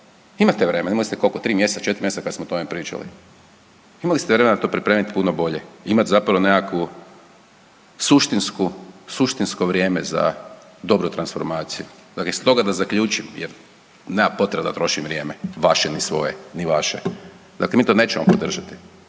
Imate vremena. Imali ste koliko? Tri mjeseca, četiri mjeseca kada smo o tome pričati. Imali ste vremena to pripremiti puno bolje i imati zapravo nekakvo suštinsko vrijeme za dobru transformaciju. Dakle iz toga da zaključim jer nema potrebe da trošim vrijeme vaše ili svoje, ni vaše. Dakle mi to nećemo podržati.